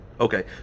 Okay